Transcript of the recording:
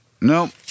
Nope